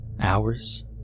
Hours